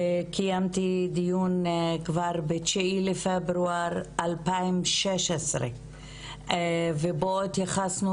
קיימתי דיון כבר ב-9 לפברואר 2016 ובו התייחסנו